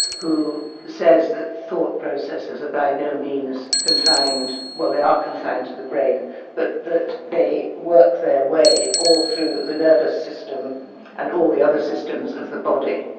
who says that thought processes are by no means confined well they are confined to the brain, but that they work their way all through the nervous system and all the other systems of the body.